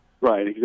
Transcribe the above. Right